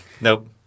Nope